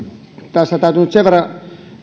tässä täytyy nyt sen verran